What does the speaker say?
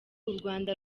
urwanda